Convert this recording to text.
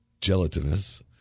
gelatinous